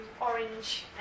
orange